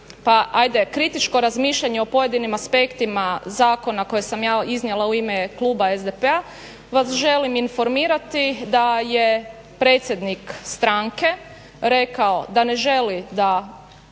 kritičko razmišljanje o pojedinim aspektima zakona koje sam ja iznijela u ime kluba SDP-a vas želim informirati da je predsjednik stranke rekao da ne želi da